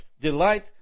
delight